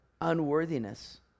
unworthiness